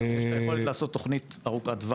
-- יש את היכולת לעשות תוכנית ארוכת טווח.